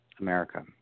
America